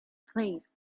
place